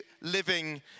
living